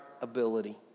ability